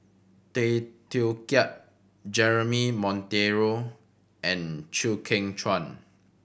Tay Teow Kiat Jeremy Monteiro and Chew Kheng Chuan